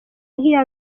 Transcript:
nk’iya